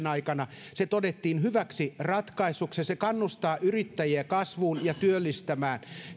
aikana se todettiin hyväksi ratkaisuksi ja se kannustaa yrittäjiä kasvuun ja työllistämään